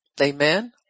Amen